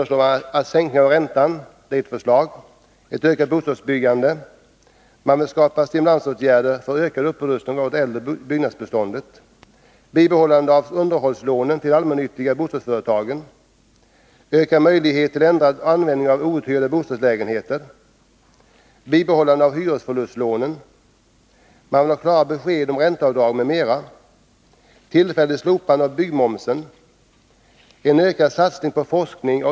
Svenska träindustriarbetareförbundets avdelning 2 har till regeringen skickat en förteckning över en rad olika åtgärder som kan vidtas.